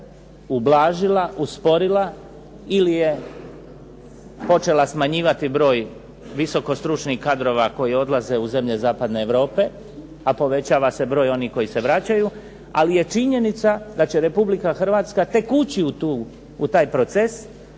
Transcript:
ublažila, usporila ili je počela smanjivati broj visoko stručnih kadrova koji odlaze u zemlje zapadne Europe a povećava se broj onih koji se vraćaju, ali je činjenica da će Republika Hrvatska tek ući u taj proces i